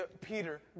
Peter